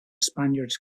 spaniards